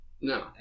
No